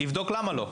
יבדוק למה לא.